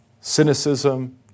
Cynicism